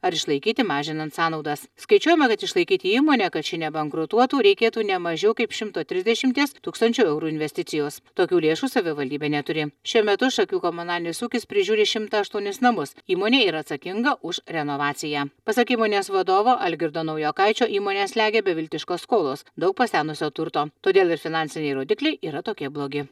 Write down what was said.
ar išlaikyti mažinant sąnaudas skaičiuojama kad išlaikyti įmonę kad ši nebankrutuotų reikėtų ne mažiau kaip šimto trisdešimties tūkstančių eurų investicijos tokių lėšų savivaldybė neturi šiuo metu šakių komunalinis ūkis prižiūri šimtą aštuonis namus įmonė yra atsakinga už renovaciją pasak įmonės vadovo algirdo naujokaičio įmonę slegia beviltiškos skolos daug pasenusio turto todėl ir finansiniai rodikliai yra tokie blogi